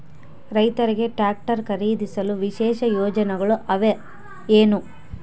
ರೈತರಿಗೆ ಟ್ರಾಕ್ಟರ್ ಖರೇದಿಸಲು ವಿಶೇಷ ಯೋಜನೆಗಳು ಅವ ಏನು?